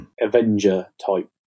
Avenger-type